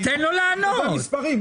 שידבר מספרים.